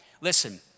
listen